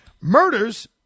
Murders